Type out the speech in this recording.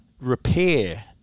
repair